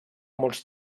molts